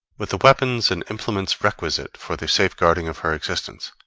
with the weapons and implements requisite for the safeguarding of her existence,